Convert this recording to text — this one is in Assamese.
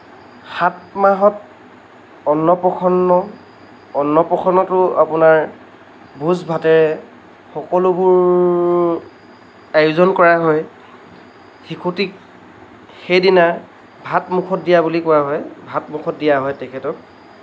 সাত মাহত অন্নপ্ৰসন্ন অন্নপ্ৰসন্নটো আপোনাৰ ভোজ ভাতে সকলোবোৰ আয়োজন কৰা হয় শিশুটিক সেইদিনা ভাত মুখত দিয়া বুলি কোৱা হয় ভাত মুখত দিয়া হয় তেখেতৰ